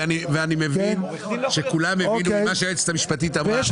ואני מבין שכולם הבינו את מה שהיועצת המשפטית אמרה --- ויש